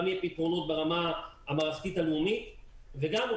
גם יהיו פתרונות ברמה המערכתית הלאומית וגם תהיה